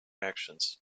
actions